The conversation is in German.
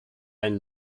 ein